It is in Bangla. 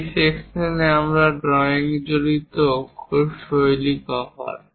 এই সেকশনে আমরা ড্রয়িং জড়িত অক্ষর শৈলী কভার